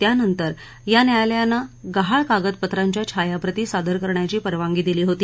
त्यानंतर या न्यायालयानं गहाळ कागदपत्रांच्या छायाप्रती सादर करण्याची परवानगी दिली होती